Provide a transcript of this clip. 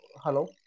hello